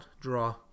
draw